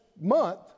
month